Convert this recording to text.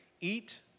eat